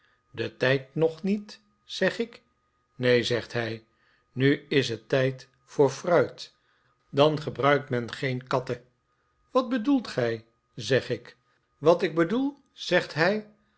de tijd nog niet zeg ik neen zegt hij nu is het de tijd voor fruit dan gebruikt men geen katten wat bedoelt gij zeg ik wat ik bedoel zegt hij